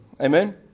Amen